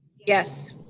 yes.